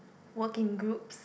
work in groups